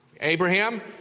abraham